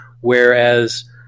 Whereas